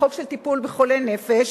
לחוק לטיפול בחולי נפש,